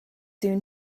soon